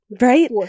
Right